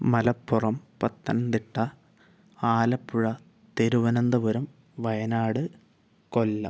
Malappuram Pathanamthitta Alappuzha Thiruvananthapuram Wayanad Kollam